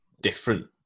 different